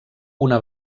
una